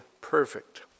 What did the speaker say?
perfect